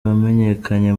wamenyekanye